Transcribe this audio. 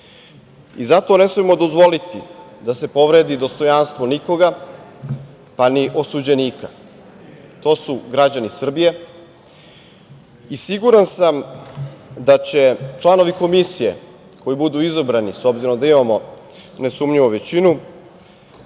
Zato ne smemo dozvoliti da se povredi dostojanstvo nikoga, pa ni osuđenika. To su građani Srbije i siguran sam da će članovi Komisije, koji budu izabrani, s obzirom da imamo nesumnjivo većinu,